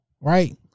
Right